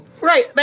Right